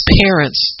parents